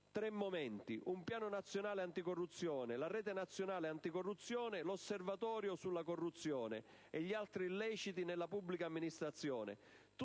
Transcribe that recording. tre momenti: un Piano nazionale anticorruzione, la Rete nazionale anticorruzione, l'Osservatorio sulla corruzione e gli altri illeciti nella pubblica amministrazione;